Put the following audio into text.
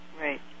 right